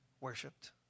worshipped